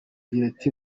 juliet